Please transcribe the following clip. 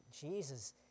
Jesus